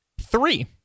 Three